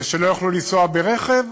ושלא יוכלו לנסוע ברכב,